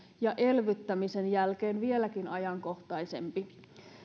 ja elvyttämisen jälkeen vieläkin ajankohtaisempi